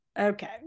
okay